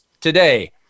today